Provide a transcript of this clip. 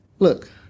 Look